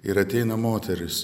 ir ateina moteris